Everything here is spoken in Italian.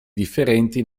differenti